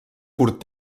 curt